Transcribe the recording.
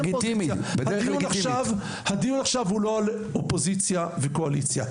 הדיון עכשיו הוא לא על אופוזיציה וקואליציה,